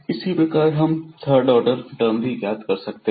इसी प्रकार हम थर्ड ऑर्डर टर्म भी ज्ञात कर सकते हैं